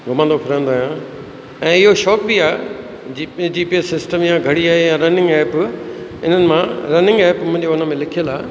घुमंदो फिरंदो आहियां ऐं इहो शौक़ बि ख़े जी पी जी पी ए सिस्टम इहा घड़ी आहे या रनिंग ऐप हिननि मां रनिंग ऐप मुंहिंजे हुन में लिखियलु आहे